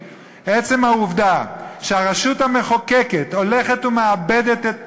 עצם העובדה שהרשות המחוקקת הולכת ומאבדת את